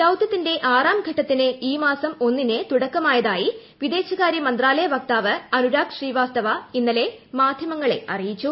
ദൌത്യത്തിന്റെ ആറാം ഘട്ടത്തിന് ഈ മാസം ഒന്നിന് തുടക്കമായതായി വിദേശകാര്യ മന്ത്രാലയ വക്താവ് അനുരാഗ് ശ്രീവാസ്തവ ഇന്നലെ മാധ്യമങ്ങളെ അറിയിച്ചു